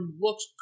looks